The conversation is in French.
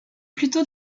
plutôt